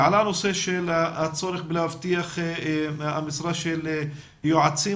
עלה הנושא של הצורך בהבטחת משרת יועצים